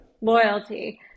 Loyalty